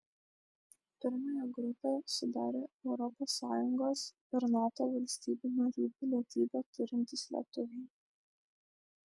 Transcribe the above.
pirmąją grupę sudarę europos sąjungos ir nato valstybių narių pilietybę turintys lietuviai